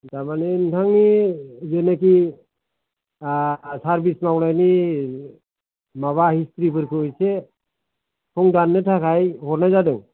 थारमानि नोंथांनि जेनाकि सारभिस मावनायनि माबा हिस्थ्रिफोरखौ एसे सं दाननो थाखाय हरनाय जादों